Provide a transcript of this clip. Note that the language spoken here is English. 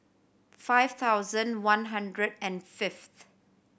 five thousand one hundred and fifth